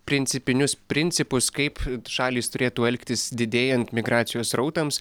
principinius principus kaip šalys turėtų elgtis didėjant migracijos srautams